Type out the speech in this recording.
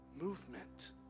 movement